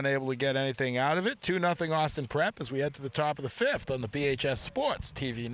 unable to get anything out of it to nothing austin prep as we head to the top of the fifth on the p h s sports t